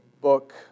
book